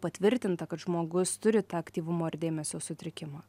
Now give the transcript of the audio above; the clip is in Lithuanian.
patvirtinta kad žmogus turi tą aktyvumo ir dėmesio sutrikimą